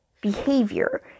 behavior